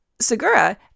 Segura